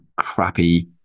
crappy